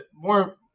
more